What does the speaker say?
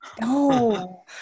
no